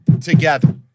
together